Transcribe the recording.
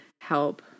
help